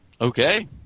Okay